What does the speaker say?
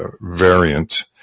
variant